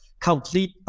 Complete